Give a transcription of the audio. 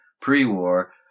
pre-war